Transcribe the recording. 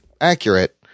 accurate